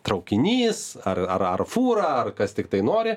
traukinys ar ar ar fūra ar kas tiktai nori